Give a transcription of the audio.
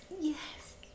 Yes